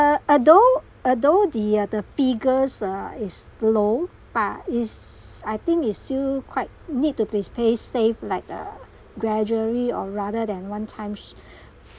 uh although although the uh the figures uh is low but is I think is still quite need to be play safe like uh gradually or rather than one times